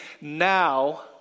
now